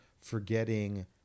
forgetting